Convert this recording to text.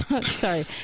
Sorry